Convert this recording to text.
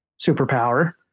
superpower